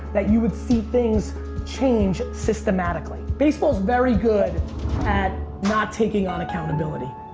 that you would see things change systematically. baseball's very good at not taking on accountability.